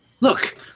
Look